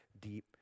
deep